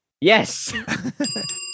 Yes